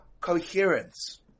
coherence